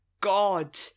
God